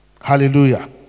Hallelujah